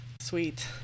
Sweet